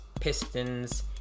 Pistons